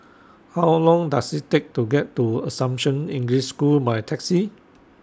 How Long Does IT Take to get to Assumption English School By Taxi